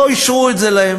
לא אישרו את זה להם,